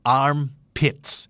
armpits